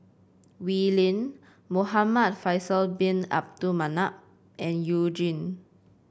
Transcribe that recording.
Wee Lin Muhamad Faisal Bin Abdul Manap and You Jin